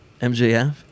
MJF